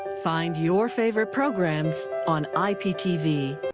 find your favorite programs on iptv.